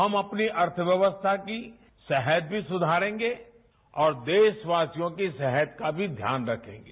हम अपनी अर्थव्यवस्था की सेहत भी सुधारेंगे और देशवासियों की सेहत का भी ध्यान रखेंगे